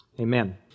Amen